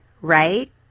right